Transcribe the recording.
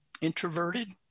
introverted